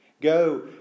Go